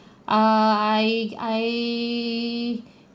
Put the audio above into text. err I I